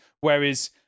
Whereas